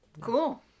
Cool